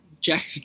jack